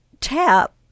tap